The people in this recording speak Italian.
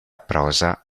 prosa